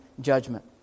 judgment